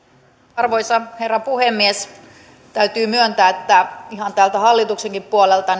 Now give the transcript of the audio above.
arvoisa herra puhemies täytyy myöntää ihan täältä hallituksenkin puolelta